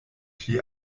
pli